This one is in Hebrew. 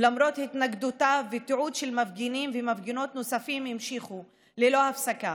ולמרות התנגדותה ותיעוד של מפגינות ומפגינים נוספים המשיכו ללא הפסקה.